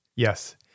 Yes